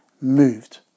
moved